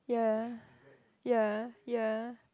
yeah yeah yeah